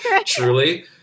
truly